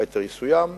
היתר יסוים.